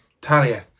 Talia